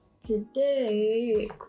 Today